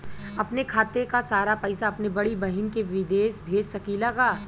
अपने खाते क सारा पैसा अपने बड़ी बहिन के विदेश भेज सकीला का?